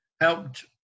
helped